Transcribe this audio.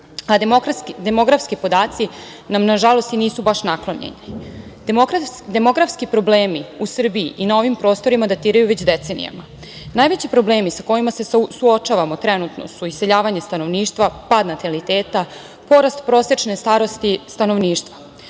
a demografski podaci nam nažalost i nisu baš naklonjeni. Demografski problemi u Srbiji i na ovim prostorima datiraju već decenijama. Najveći problemi sa kojima se suočavamo trenutno su iseljavanje stanovništva, pad nataliteta, porast prosečne starosti stanovništva.